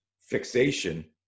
fixation